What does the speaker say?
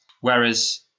Whereas